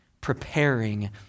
preparing